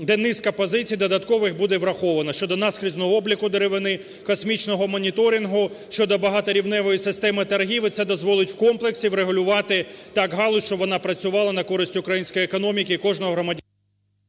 де низка позицій додаткових буде врахована щодо наскрізного обліку деревини, космічного моніторингу, щодо багаторівневої системи торгів. І це дозволить в комплексі врегулювати так галузь, щоб вона працювала на користь української економіки і кожного громадянина.